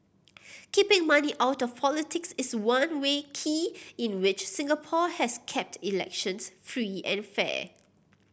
keeping money out of politics is one way key in which Singapore has kept elections free and fair